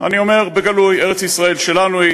אני אומר בגלוי: ארץ-ישראל שלנו היא,